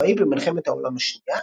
בעקבות שירותו הצבאי במלחמת העולם השנייה,